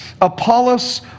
Apollos